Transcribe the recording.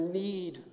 need